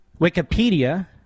Wikipedia